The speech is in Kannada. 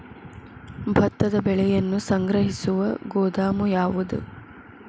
ಭತ್ತದ ಬೆಳೆಯನ್ನು ಸಂಗ್ರಹಿಸುವ ಗೋದಾಮು ಯಾವದು?